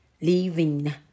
leaving